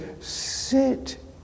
sit